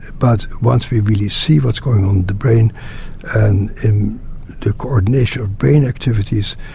but once we really see that's going on with the brain and in the coordination of brain activities,